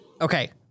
Okay